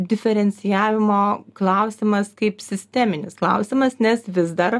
diferencijavimo klausimas kaip sisteminis klausimas nes vis dar